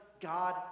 God